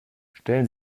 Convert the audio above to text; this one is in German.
stellen